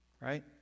right